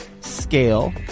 scale